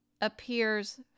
appears